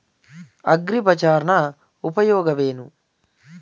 ಅಗ್ರಿಬಜಾರ್ ನ ಉಪಯೋಗವೇನು?